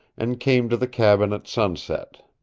and came to the cabin at sunset.